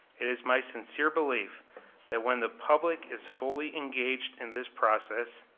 it is my sincere belief that when the public is fully engaged in this process,